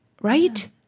Right